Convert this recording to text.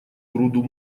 груду